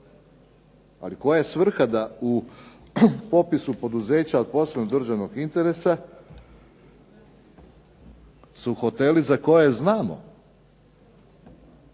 Ali koja je svrha da u popisu poduzeća od posebnog državnog interesa su hoteli za koje znamo